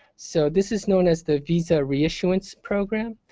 so this is known as the visa reissuance program,